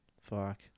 Fuck